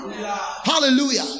Hallelujah